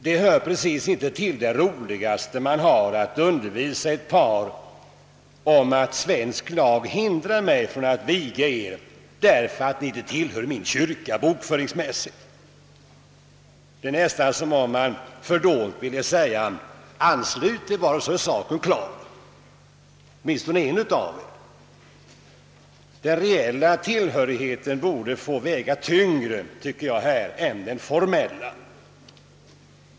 Det hör inte precis till det roligaste att undervisa ett ungt par om att svensk lag hindrar mig att viga vederbörande, därför att ingen av dem tillhör min kyrka bokföringsmässigt. Det är nästan som om man fördolt ville säga: »Anslut er, åtminstone en av er, så är saken klar!» Den reella tillhörigheten borde enligt min mening i ett sådant fall få väga tyngre än den formella.